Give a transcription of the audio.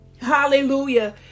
hallelujah